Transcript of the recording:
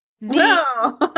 No